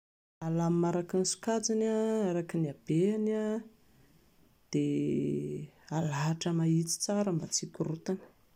Alamina araky ny sokajiny, araky ny habeany dia halahatra mahitsy tsara mba tsy hikorontana